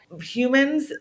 humans